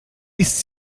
ist